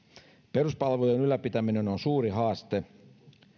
peruspalvelujen ylläpitäminen on suuri haaste